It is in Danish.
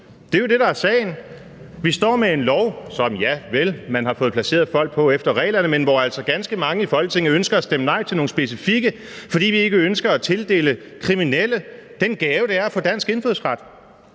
Det er jo det, der er sagen. Vi står med et lovforslag, som man – javel – har fået placeret folk på efter reglerne, men hvor altså ganske mange i Folketinget ønsker at stemme nej til nogle specifikke, fordi vi ikke ønsker at tildele kriminelle den gave, det er at få dansk indfødsret.